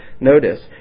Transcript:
notice